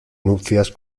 nupcias